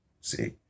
See